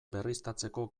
berriztatzeko